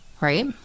Right